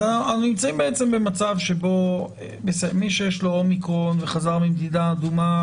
אנחנו נמצאים במצב שבו מי שיש לו אומיקרון וחזר ממדינה אדומה,